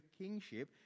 kingship